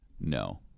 no